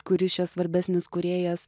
kuris čia svarbesnis kūrėjas